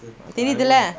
தெரியுதுல:theriyudhula